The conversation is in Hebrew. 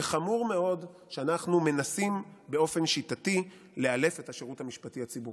זה חמור מאוד שאנחנו מנסים באופן שיטתי לאלף את השירות המשפטי הציבורי,